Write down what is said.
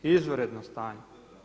Izvanredno stanje.